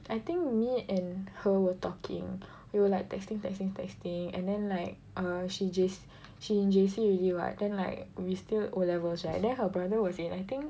I think me and her were talking we were like texting texting texting and then like err she J_C she in J_C already [what] then like we still o-levels right then her brother was in I think